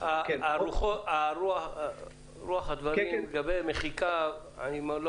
--- רוח הדברים לגבי המחיקה אני לא